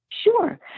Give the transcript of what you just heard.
Sure